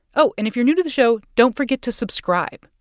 oh and if you're new to the show, don't forget to subscribe.